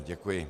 Děkuji.